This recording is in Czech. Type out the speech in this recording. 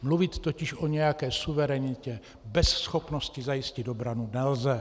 Mluvit totiž o nějaké suverenitě bez schopnosti zajistit obranu nelze.